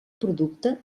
producte